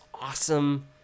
awesome